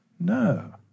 No